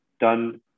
done